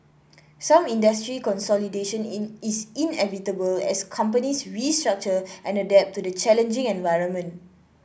some industry consolidation is inevitable as companies restructure and adapt to the challenging environment